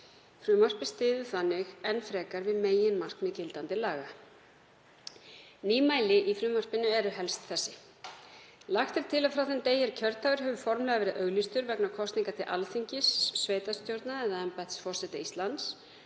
Frumvarpið styður þannig enn frekar við meginmarkmið gildandi laga. Nýmæli í frumvarpinu eru helst þessi: Lagt er til að frá þeim degi er kjördagur hefur formlega verið auglýstur vegna kosninga til Alþingis, sveitarstjórna eða embættis forseta Íslands,